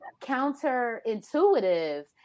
counterintuitive